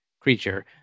creature